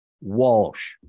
walsh